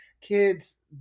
kids